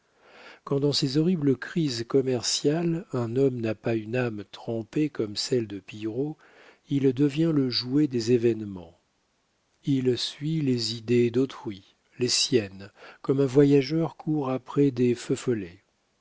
quand dans ces horribles crises commerciales un homme n'a pas une âme trempée comme celle de pillerault il devient le jouet des événements il suit les idées d'autrui les siennes comme un voyageur court après des